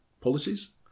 Policies